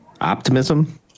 Optimism